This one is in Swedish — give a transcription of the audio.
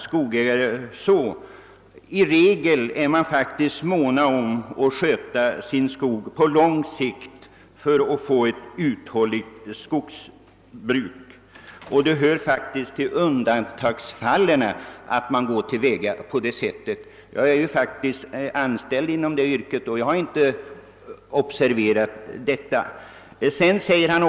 Skogsägarna är i regel måna om ett uthålligt skogsbruk och därför även om en mer långsiktig skötsel av sin skog. Det hör faktiskt till undantagen att man går till väga på det sätt som herr Sundkvist anser. Jag är verksam inom detta yrke och har inte kunnat observera någonting sådant.